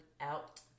out